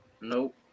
Nope